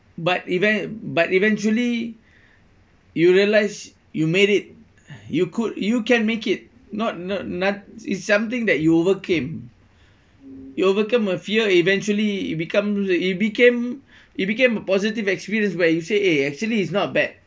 but event~ but eventually you realise you made it you could you can make it not not not~ is something that you overcame you overcome a fear eventually it become it became it became a positive experience where you say eh actually is not bad